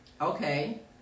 Okay